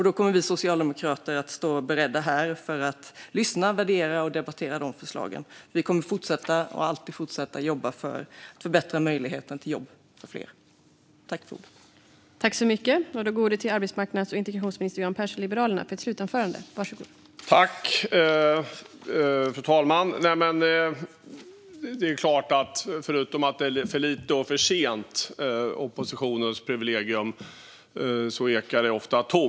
Då kommer vi socialdemokrater att stå beredda att lyssna på, värdera och debattera förslagen, för vi kommer alltid att fortsätta jobba för att förbättra möjligheten för fler att få jobb.